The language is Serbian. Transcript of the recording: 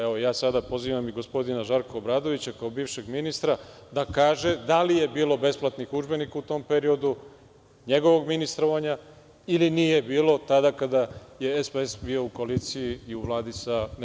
Evo, sada pozivam i gospodina Žarka Obradovića kao bivšeg ministra da kaže da li je bilo besplatnih udžbenika u tom periodu njegovog ministrovanja ili nije bilo tada kada je SPS bio u koaliciji i u Vladi sa DS.